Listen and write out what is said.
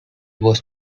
was